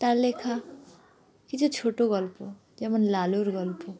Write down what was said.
তার লেখা কিছু ছোটো গল্প যেমন লালুর গল্প